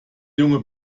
junge